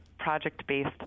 project-based